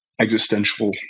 existential